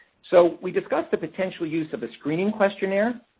so, we discussed the potential use of the screening questionnaire,